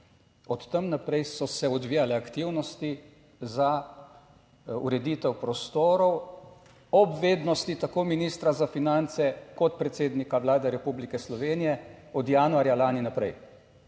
Od tam naprej so se odvijale aktivnosti za ureditev prostorov, ob vednosti tako ministra za finance kot predsednika Vlade Republike Slovenije od januarja lani naprej.